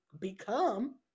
become